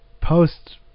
post